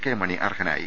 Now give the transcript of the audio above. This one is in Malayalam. കെ മണി അർഹനായി